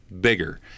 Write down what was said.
bigger